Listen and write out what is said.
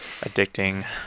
addicting